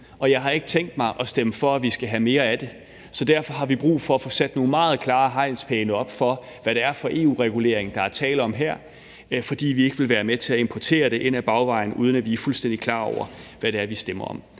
og jeg har ikke tænkt mig at stemme for, at vi skal have mere af det. Så derfor har vi brug for at få sat nogle meget klare hegnspæle op for, hvad det er for en EU-regulering, der er tale om her, fordi vi ikke vil være med til at importere det ind ad bagvejen, uden at vi er fuldstændig klar over, hvad det er, vi stemmer om.